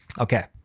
okay,